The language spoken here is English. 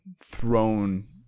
thrown